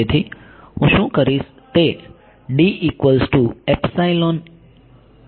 તેથી હું શું કરીશ તે મૂકવામાં આવે છે